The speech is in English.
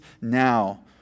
now